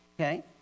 Okay